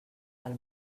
del